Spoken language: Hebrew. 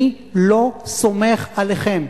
אני לא סומך עליכם,